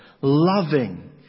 loving